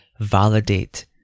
validate